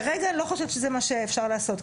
כרגע אני לא חושבת שזה מה שאפשר לעשות.